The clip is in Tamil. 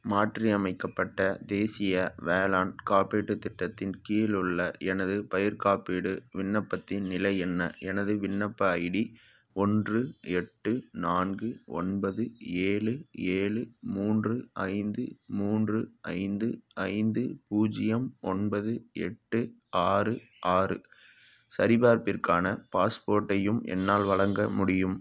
மாற்றியமைக்கப்பட்ட தேசிய வேளாண் காப்பீட்டுத் திட்டத்தின் கீழ் உள்ள எனது பயிர் காப்பீடு விண்ணப்பத்தின் நிலை என்ன எனது விண்ணப்ப ஐடி ஒன்று எட்டு நான்கு ஒன்பது ஏழு ஏழு மூன்று ஐந்து மூன்று ஐந்து ஐந்து பூஜ்ஜியம் ஒன்பது எட்டு ஆறு ஆறு சரிப்பார்ப்பிற்கான பாஸ்போர்ட்டையும் என்னால் வழங்க முடியும்